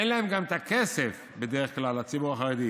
אין להם גם את הכסף, בדרך כלל, לציבור החרדי,